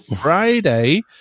Friday